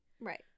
Right